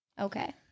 Okay